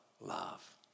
love